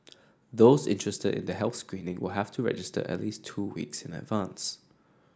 those interested in the health screening will have to register at least two weeks in advance